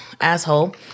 asshole